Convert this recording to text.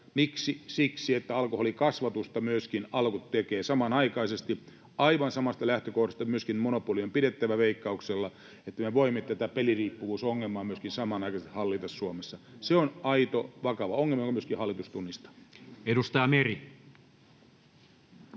miksi? Siksi, että Alko tekee samanaikaisesti myöskin alkoholikasvatusta. Aivan samasta lähtökohdasta myöskin monopoli on pidettävä Veikkauksella, että me voimme myöskin tätä peliriippuvuusongelmaa samanaikaisesti hallita Suomessa. Se on aito, vakava ongelma, jonka myöskin hallitus tunnistaa. [Speech